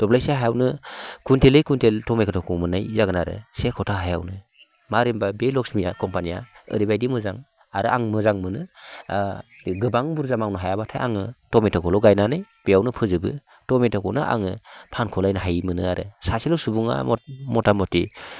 दब्लायसे हायावनो कुविन्टेलै कुविन्टेल टमेट'खौ मोननाय जागोन आरो से कथा हायावनो माबोरै होनबा बे लक्ष्मिया कम्पानिया ओरैबायदि मोजां आरो आं मोजां मोनो गोबां बुर्जा मावनो हायाबाथाय आङो टमेट'खौल' गायनानै बेयावनो फोजोबो टमेट'खौनो आङो फानख'लायनो हायि मोनो आरो सासेल' सुबुङा मतामति